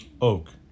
Oak